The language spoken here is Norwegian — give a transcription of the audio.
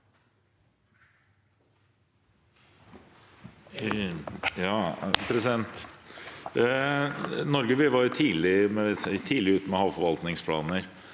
Norge var tidlig ute med havforvaltningsplaner